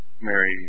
Mary